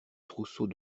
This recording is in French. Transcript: trousseau